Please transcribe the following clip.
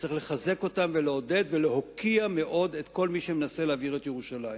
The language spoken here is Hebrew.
וצריך לחזק אותם ולעודד ולהוקיע מאוד את כל מי שמנסה להבעיר את ירושלים.